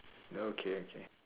oh okay okay